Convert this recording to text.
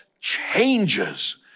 changes